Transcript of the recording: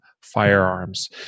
firearms